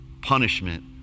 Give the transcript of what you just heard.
punishment